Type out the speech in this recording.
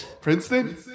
Princeton